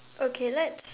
okay let's